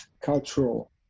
cultural